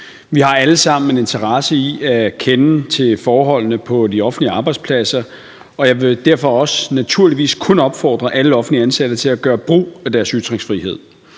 Vi har alle sammen en interesse i at kende til forholdene på de offentlige arbejdspladser, og jeg vil derfor også naturligvis kun opfordre alle offentligt ansatte til at gøre brug af deres ytringsfrihed.